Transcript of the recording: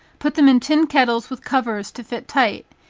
put them in tin kettles with covers to fit tight,